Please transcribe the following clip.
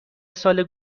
سال